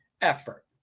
effort